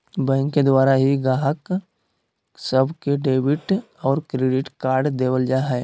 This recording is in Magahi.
बैंक के द्वारा ही गाहक सब के डेबिट और क्रेडिट कार्ड देवल जा हय